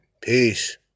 peace